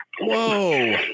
Whoa